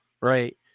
right